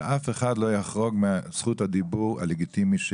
שאף אחד לא יחרוג מזכות הדיבור הלגיטימית.